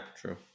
true